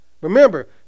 Remember